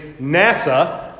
nasa